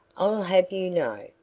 i'll have you know,